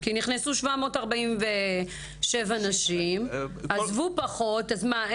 נכנסו 347 נשים ועזבו פחות, אז מה?